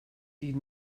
die